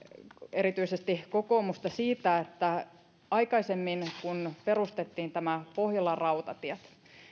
erityisesti kokoomusta siitä että aikaisemmin kun perustettiin tämä pohjolan rautatiet